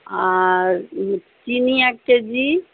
আর চিনি এক কেজি